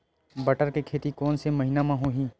बटर के खेती कोन से महिना म होही?